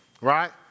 Right